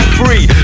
free